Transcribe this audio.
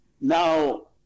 Now